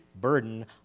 burden